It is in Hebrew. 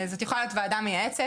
זו יכולה להיות ועדה מייעצת,